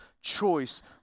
choice